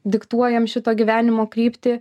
diktuojam šito gyvenimo kryptį